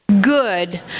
good